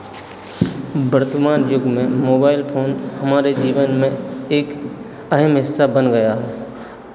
वर्तमान युग में मोबाइल फोन हमारे जीवन में एक अहम हिस्सा बन गया है